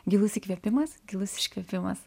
gilus įkvėpimas gilus iškvėpimas